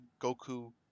Goku